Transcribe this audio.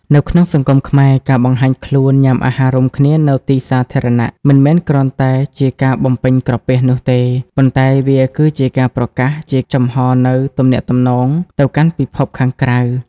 នៅក្នុងសង្គមខ្មែរ ការបង្ហាញខ្លួនញ៉ាំអាហាររួមគ្នានៅទីសាធារណៈ មិនមែនគ្រាន់តែជាការបំពេញក្រពះនោះទេ ប៉ុន្តែវាគឺជាការប្រកាសជាចំហនូវ «ទំនាក់ទំនង» ទៅកាន់ពិភពខាងក្រៅ។